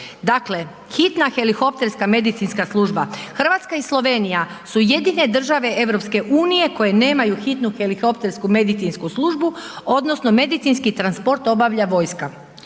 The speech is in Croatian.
Dakle, hitna helikopterska medicinska služba, Hrvatska i Slovenija su jedine države EU koje nemaju hitnu helikoptersku medicinsku službu odnosno medicinski transport obavlja vojska.